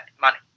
money